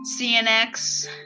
CNX